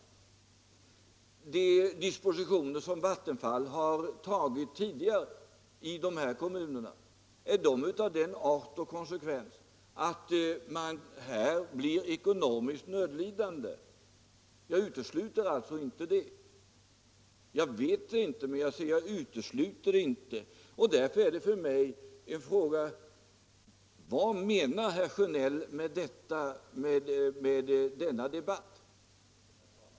Är de dispositioner som såväl Vattenfall tidigare tagit i de här kommunerna av den art och konsekvens att man blir ekonomisk nödlidande? Jag utesluter alltså inte det. Jag vet det inte, men utesluter det inte. Därför frågar jag: Vad menar herr Sjönell med denna debatt?